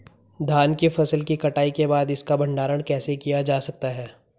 धान की फसल की कटाई के बाद इसका भंडारण कैसे किया जा सकता है?